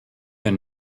and